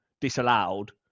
disallowed